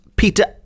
Peter